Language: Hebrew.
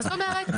מה זאת אומרת?